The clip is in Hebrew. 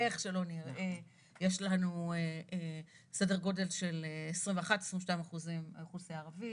איך שלא נראה יש לנו סדר גודל של 21%-22% אוכלוסייה ערבית.